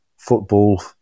football